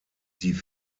die